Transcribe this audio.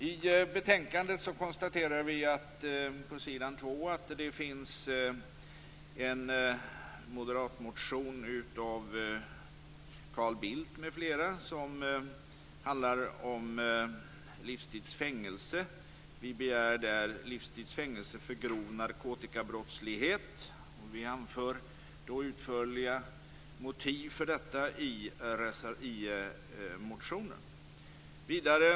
I betänkandet konstaterar vi på s. 2 att det finns en moderat motion av Carl Bildt m.fl. som handlar om livstids fängelse. Vi begär där livstids fängelse för grov narkotikabrottslighet. Vi anför utförliga motiv för detta i motionen.